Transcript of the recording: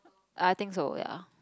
I think so ya